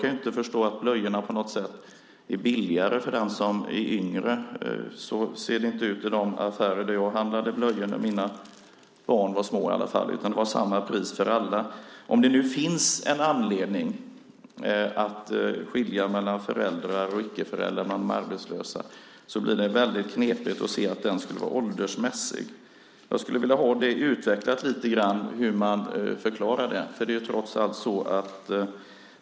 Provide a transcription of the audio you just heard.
Jag kan inte förstå att blöjor på något sätt är billigare för den som är yngre. Så såg det i alla fall inte ut i de affärer där jag handlade blöjor när mina barn var små. Det var samma pris för alla som handlade. Om det nu finns en anledning att skilja mellan föräldrar och icke-föräldrar som är arbetslösa blir det väldigt knepigt att se att skillnaden skulle ha att göra med åldern. Jag skulle vilja att det utvecklades lite grann hur man förklarar det.